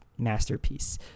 masterpiece